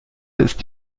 ist